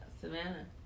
Savannah